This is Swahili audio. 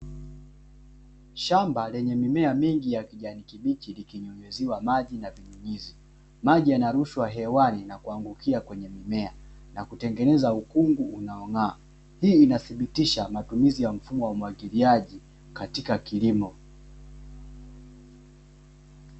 Shamba lenye mimea mingi ya kijani kibichi likinyunyiziwa maji na vinyunyizi. Maji yanarushwa hewani na kuangukia kwenye mimea, na kutengeneza ukungu unaong'aa. Hii inathibitisha matumizi ya mfumo wa umwagiliaji katika kilimo.